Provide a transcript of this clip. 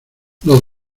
los